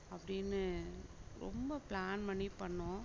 அப்படின்னு ரொம்ப பிளான் பண்ணி பண்ணோம்